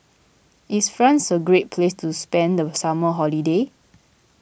is France a great place to spend the summer holiday